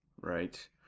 Right